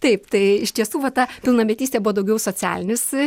taip tai iš tiesų va ta pilnametystė buvo daugiau socialinis